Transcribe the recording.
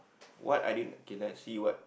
what I didn't cannot see what